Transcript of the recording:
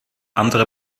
andere